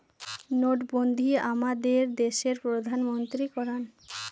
নোটবন্ধী আমাদের দেশের প্রধানমন্ত্রী করান